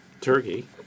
Turkey